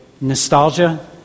nostalgia